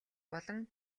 болон